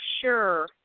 sure